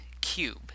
cube